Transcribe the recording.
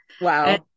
wow